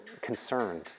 concerned